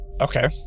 Okay